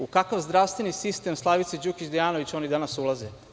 U kakav zdravstveni sistem, Slavice Đukić Dejanović, oni danas ulaze?